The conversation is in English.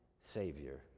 Savior